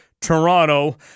Toronto